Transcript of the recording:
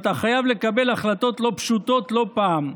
ואתה חייב לקבל החלטות לא פשוטות לא פעם.